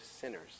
sinners